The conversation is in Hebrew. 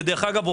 ודרך אגב,